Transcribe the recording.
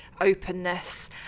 openness